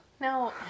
No